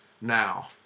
now